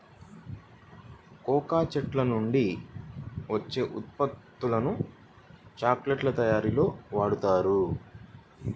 cocoa చెట్ల నుంచి వచ్చే ఉత్పత్తులను చాక్లెట్ల తయారీలో వాడుతారు